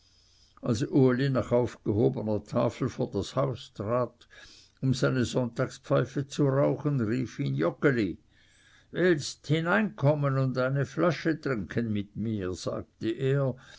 als uli nach aufgehobener tafel vor das haus trat um seine sonntagspfeife zu rauchen rief ihn joggeli willst hineinkommen und eine flasche trinken mit mir sagte er